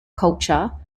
culture